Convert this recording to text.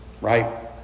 right